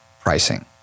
pricing